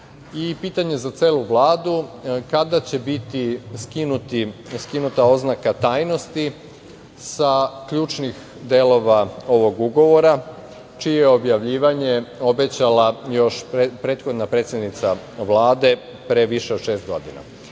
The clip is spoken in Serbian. Srbiji? Pitanje za celu Vladu kada će biti skinuta oznaka tajnosti sa ključnih delova ovog ugovora, čije je objavljivanje obećala još prethodna predsednica Vlade pre više od šest godina? Dakle,